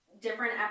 different